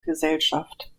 gesellschaft